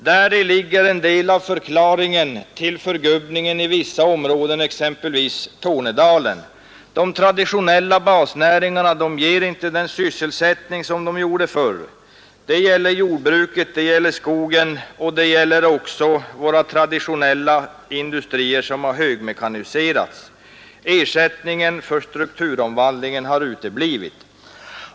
Häri ligger en del av förklaringen till förgubbningen i vissa områden, exempelvis i Tornedalen. De traditionella basnäringarna ger inte den sysselsättning som de gav förr. Det gäller jordbruket, det gäller skogen och det gäller också våra traditionella industrier som har högmekaniserats. Ersättningen för den strukturomvandlingen har uteblivit.